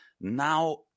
Now